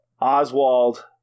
Oswald